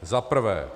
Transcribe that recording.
Za prvé.